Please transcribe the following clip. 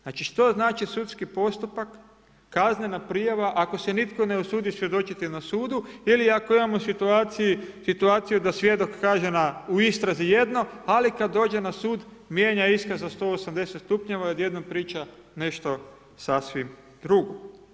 Znači, što znači sudski postupak, kaznena prijava, ako se nitko ne usudi svjedočiti na sudu ili ako imamo situaciju da svjedok kaže u istrazi jedno, ali kad dođe na sud mijenja iskaz za 180 stupnjeva i odjednom priča nešto sasvim drugo.